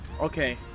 Okay